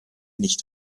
nicht